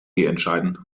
entscheiden